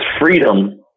freedom